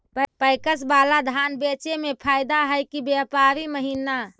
PACS बाला में धान बेचे मे फायदा है कि व्यापारी महिना?